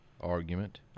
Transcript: argument